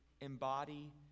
embody